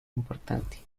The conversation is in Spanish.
importancia